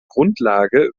grundlage